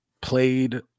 played